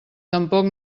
tampoc